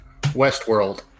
Westworld